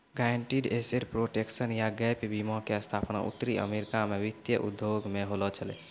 guaranteed asset protection या gap बीमा के स्थापना उत्तरी अमेरिका मे वित्तीय उद्योग मे होलो छलै